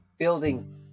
building